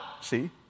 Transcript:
see